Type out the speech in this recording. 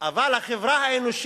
אבל בחברה האנושית,